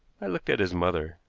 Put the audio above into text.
i looked at his mother.